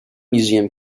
museum